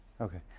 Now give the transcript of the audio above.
Okay